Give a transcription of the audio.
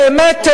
באמת,